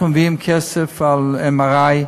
אנחנו מביאים כסף ל-MRI,